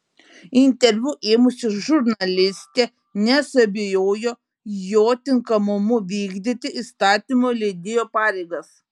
interviu ėmusi žurnalistė nesuabejojo jo tinkamumu vykdyti įstatymų leidėjo pareigas